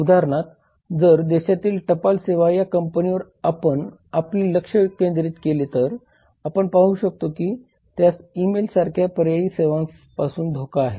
उदाहरणार्थ जर देशातील टपाल सेवा या कंपनीवर आपण आपले लक्ष केंद्रित केले तर आपण पाहू शकतो की त्यास ई मेल सारख्या पर्यायी सेवांपासून धोका आहे